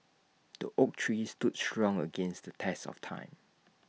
the oak tree stood strong against the test of time